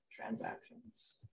transactions